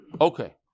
Okay